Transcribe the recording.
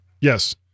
Yes